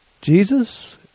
Jesus